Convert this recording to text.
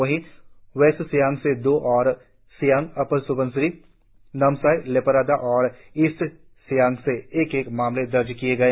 वहीं वेस्ट सियांग से दो और सियांग अपर सुबनसिरी नामसाई लेपारादा और ईस्ट सियांग से एक एक मामले दर्ज किए गए